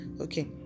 Okay